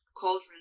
cauldron